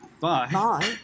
Bye